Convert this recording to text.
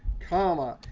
comma,